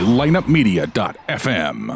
lineupmedia.fm